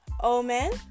Omen